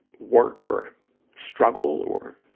work or struggle or,